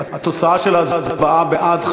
התוצאה של ההצבעה: בעד,